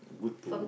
good to